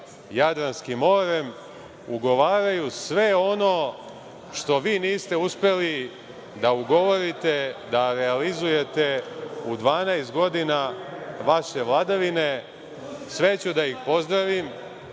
Jadranski morem. Ugovaraju sve ono što vi niste uspeli da ugovorite, da realizujete u 12 godina vaše vladavine. Sve ću da ih pozdravim.